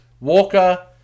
Walker